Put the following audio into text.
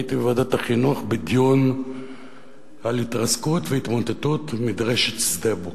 הייתי בוועדת החינוך בדיון על התרסקות והתמוטטות מדרשת שדה-בוקר.